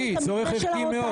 זה היה צורך הכרחי.